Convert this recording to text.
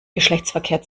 geschlechtsverkehr